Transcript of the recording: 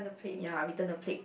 ya return the plate